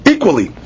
Equally